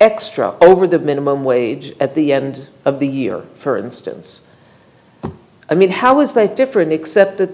extra over the minimum wage at the end of the year for instance i mean how is that different except that